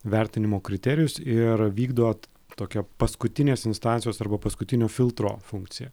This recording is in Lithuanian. vertinimo kriterijus ir vykdot tokią paskutinės instancijos arba paskutinio filtro funkciją